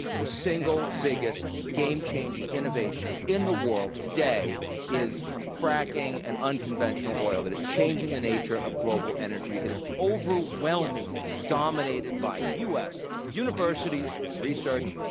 the single biggest game changing innovation in the world today is fracking and unconventional oil, that is changing the nature of global energy, it is overwhelmingly dominated by u. s. universities and research,